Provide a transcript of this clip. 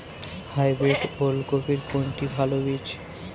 Hybrid ওল কপির কোনটি ভালো বীজ?